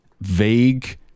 vague